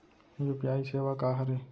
UPI सेवा का हरे?